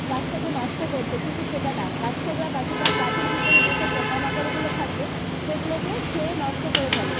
গাছটাকে নষ্ট করছে কিন্তু সেটা না কাঠঠোকরা পাখিটা গাছের ভিতরে যেসব পোকামাকড়গুলো থাকে সেগুলোকে খেয়ে নষ্ট করে ফেলে